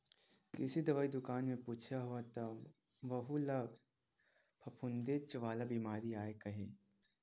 कृषि दवई दुकान म पूछे हव त वहूँ ल फफूंदेच वाला बिमारी आय कहे हे